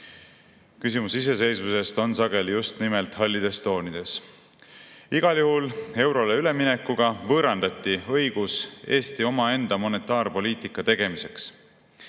Küsimus iseseisvusest on sageli just nimelt hallides toonides. Igal juhul võõrandati eurole üleminekuga õigus Eesti omaenda monetaarpoliitika tegemiseks.